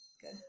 Good